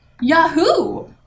Yahoo